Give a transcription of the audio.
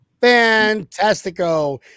Fantastico